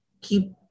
Keep